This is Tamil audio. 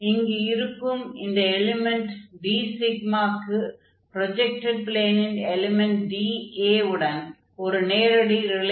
இங்கு இருக்கும் இந்த எலிமென்ட் dσ க்கு ப்ரொஜக்டட் ப்ளேனின் எலிமென்ட் dA உடன் ஒரு நேரடி ரிலேஷன் இருக்கும் the element dσ is actually directly related to this element on the projected plane dA